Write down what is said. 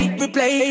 replay